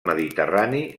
mediterrani